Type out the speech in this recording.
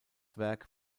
werk